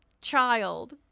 child